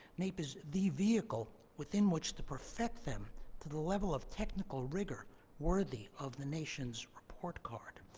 naep is the vehicle within which to perfect them to the level of technical rigor worthy of the nation's report card.